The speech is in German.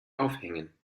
aufhängen